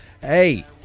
Hey